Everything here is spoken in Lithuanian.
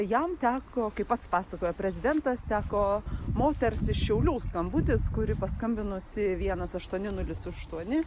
jam teko kaip pats pasakojo prezidentas teko moters iš šiaulių skambutis kuri paskambinusi vienas aštuoni nulis aštuoni